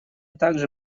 также